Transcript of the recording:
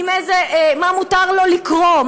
מה מותר לו לקרוא,